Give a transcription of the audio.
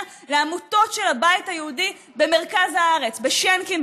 לעמותות של הבית היהודי במרכז הארץ: בשינקין,